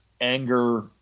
anger